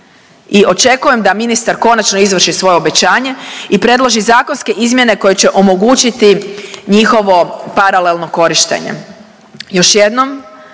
I očekujem da ministar konačno izvrši svoje obećanje i predloži zakonske izmjene koje će omogućiti njihovo paralelno korištenje.